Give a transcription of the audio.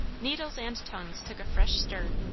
needles and tongues took a fresh stir.